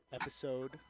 episode